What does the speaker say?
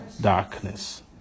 Darkness